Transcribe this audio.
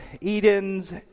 Edens